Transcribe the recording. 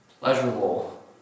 pleasurable